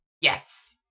Yes